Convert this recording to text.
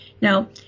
Now